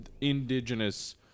indigenous